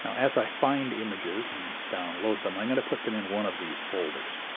as i find images and download them i'm going to put them in one of these folders.